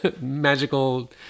Magical